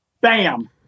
bam